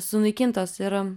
sunaikintos ir